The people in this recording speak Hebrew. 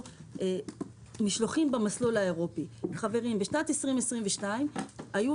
משלוחים במסלול האירופי בשנת 2022 היו